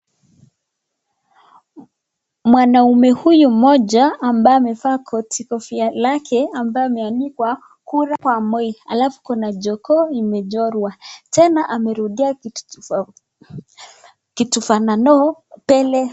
Mwanaume huyu mmoja ambaye amevaa kofia lake ambalo limeandikwa KURA kwa MOI, alafu kuna jogoo imechorwa. Tena amerudi kitu fanano mbele.